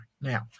Now